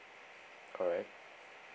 alright